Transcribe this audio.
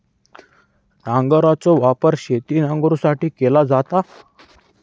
नांगराचो वापर शेत नांगरुसाठी केलो जाता